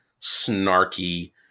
snarky